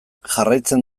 jarraitzen